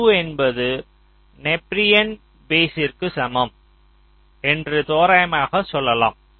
U என்பது Napierian பேஸ்ற்கு சமம் என்று தோராயமாக சொல்லலாம்